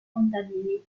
contadini